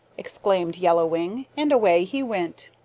exclaimed yellow wing, and away he went.